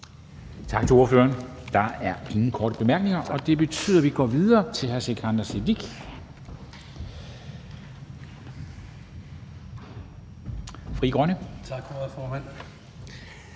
Tak til ordføreren. Der er ingen korte bemærkninger, og det betyder, at vi går videre til hr. Sikandar Siddique, Frie Grønne.